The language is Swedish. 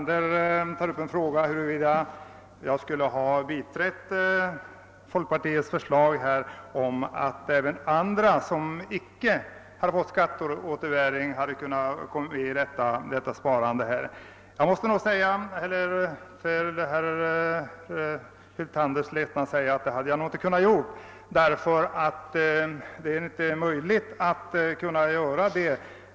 Herr talman! Herr Hyltander frågar om jag skulle ha kunnat biträda folkpartiets förslag om att även andra än de som fått skatteåterbäring skulle få delta i det föreslagna sparandet. Till herr Hyltanders ledsnad måste jag tyvärr säga att jag inte hade kunnat göra det.